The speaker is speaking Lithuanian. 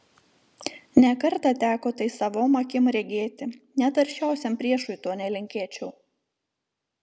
ne kartą teko tai savom akim regėti net aršiausiam priešui to nelinkėčiau